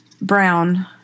Brown